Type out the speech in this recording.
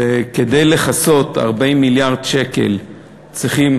וכדי לכסות 40 מיליארד צריכים,